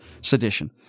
sedition